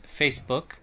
Facebook